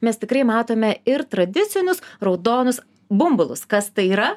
mes tikrai matome ir tradicinius raudonus bumbulus kas tai yra